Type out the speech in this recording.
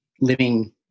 living